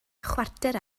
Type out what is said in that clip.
chwarter